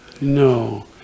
No